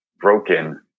broken